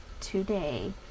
today